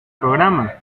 programa